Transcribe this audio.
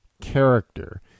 Character